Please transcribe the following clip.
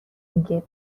میگه